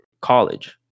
college